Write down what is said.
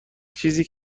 چیزی